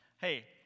Hey